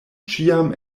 ĉiam